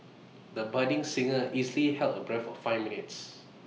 the budding singer easily held her breath for five minutes